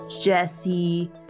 Jesse